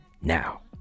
now